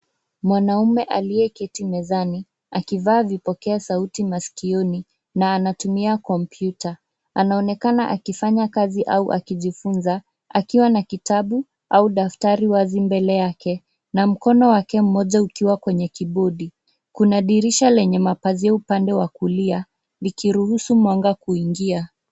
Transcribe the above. Mwanaume aliyeketi mezani akivaa vipokea sauti maskioni na anatumi akompyuta. Anaonekana akifanya kazi au akijifunza akiwa na kitabu au daftari wa kazi mbele yake na mkono wake mmoja ukiwa kwenye kibodi. Kuna dirisha lenye mapazia upande wa kulia likiruhusu mwanga kuingia.